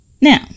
now